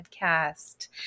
Podcast